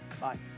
bye